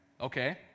Okay